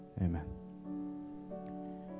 amen